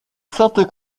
sainte